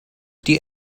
die